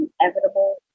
inevitable